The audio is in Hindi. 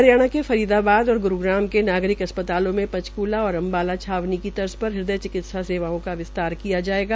हरियाणा के फरीदाबाद और ग्रूग्राम के नागरिक अस्पतालों में पंचकुला और अम्बाला छावनी की तर्ज पर हद्वय चिकित्सा सेवाओं का विस्तार किया जायेगा